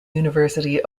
university